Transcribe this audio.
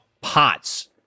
Pots